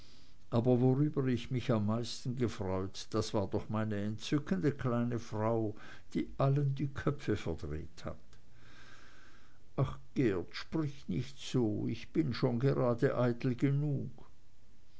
aber worüber ich mich am meisten gefreut das war doch meine entzückende kleine frau die allen die köpfe verdreht hat ach geert sprich nicht so ich bin schon gerade eitel genug